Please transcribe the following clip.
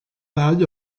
ddau